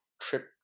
trip